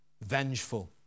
vengeful